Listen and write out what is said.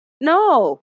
No